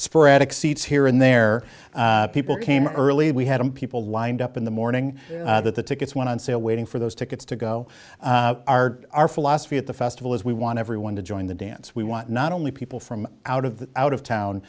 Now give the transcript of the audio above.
sporadic seats here and there people came early we had a people lined up in the morning that the tickets went on sale waiting for those tickets to go our our philosophy at the festival is we want everyone to join the dance we want not only people from out of the out of town